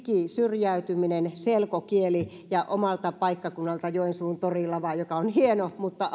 digisyrjäytyminen selkokieli ja omalta paikkakunnaltani joensuun torilava joka on hieno mutta